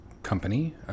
company